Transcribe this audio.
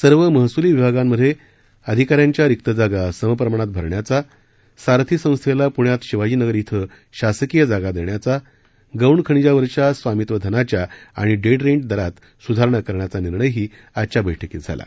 सर्व महसुली विभागांत अधिकाऱ्यांच्या रिक्त जागा समप्रमाणात भरण्याचा सारथी संस्थेला पुण्यात शिवाजीनगर क्षें शासकीय जागा देण्याचा गौण खनिजावरच्या स्वामित्व धनाच्या आणि डेड रेंट दरात सुधारणा करण्याचा निर्णयही आजच्या बैठकीत झाला